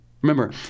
Remember